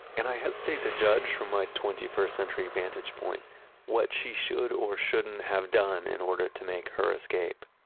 and i hesitate to judge from my twenty first century vantage point what she should or shouldn't have done in order to make her escape.